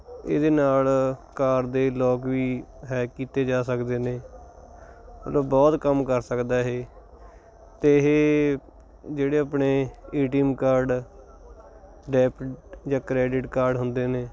ਇਹਦੇ ਨਾਲ ਕਾਰ ਦੇ ਲੋਕ ਵੀ ਹੈਕ ਕੀਤੇ ਜਾ ਸਕਦੇ ਨੇ ਮਤਲਬ ਬਹੁਤ ਕੰਮ ਕਰ ਸਕਦਾ ਇਹ ਅਤੇ ਇਹ ਜਿਹੜੇ ਆਪਣੇ A T M card debit ਜਾਂ ਕਰੈਡਿਟ ਕਾਰਡ ਹੁੰਦੇ ਨੇ